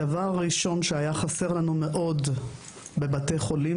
הדבר הראשון שהיה חסר לנו בבתי החולים,